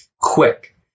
quick